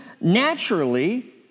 naturally